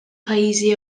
pajjiżi